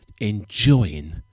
enjoying